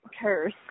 curse